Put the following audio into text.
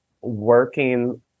working